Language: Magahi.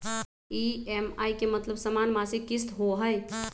ई.एम.आई के मतलब समान मासिक किस्त होहई?